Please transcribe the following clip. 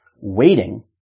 Waiting